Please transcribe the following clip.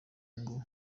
ngo